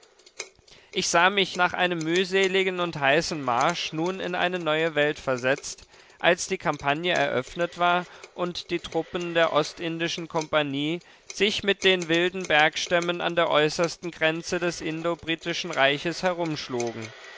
ich sah mich nach einem mühseligen und heißen marsch nun in eine neue welt versetzt als die kampagne eröffnet war und die truppen der ostindischen kompanie sich mit den wilden bergstämmen an der äußersten grenze des indo britischen reiches